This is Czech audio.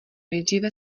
nejdříve